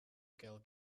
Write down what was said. girl